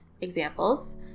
Examples